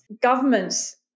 Governments